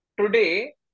Today